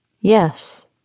Yes